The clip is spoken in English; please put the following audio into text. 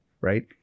right